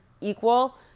equal